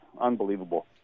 unbelievable